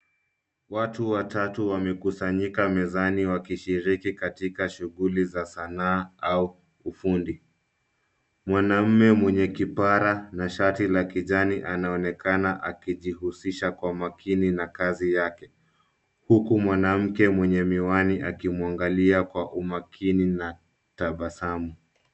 Watu watatu wamekusanyika mezani wakishiriki katika shughuli za sanaa au ufundi. Mwanaume mwenye kipara na shati la kijani anaonekana akijihusisha kwa makini na kazi yake, huku mwanamke mwenye miwani akimwangalia kwa umakini na tabasamu.